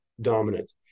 dominant